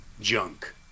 junk